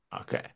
Okay